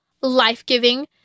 life-giving